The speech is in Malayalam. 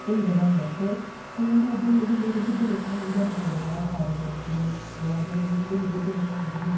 ഇണ്ടാതന്ന് അപ്പോൾ അതൊരു വലിയ ബുദ്ധിമുട്ട് ഒന്നും അല്ല ഇങ്ങനെ ആഹാരം കഴിക്കൊന്നോണ്ട് അതൊന്നും എന്ത് വലിയ ബുദ്ധിമുട്ട് ഒന്നുമല്ല